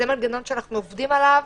זה מנגנון שאנחנו עובדים עליו.